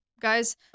Guys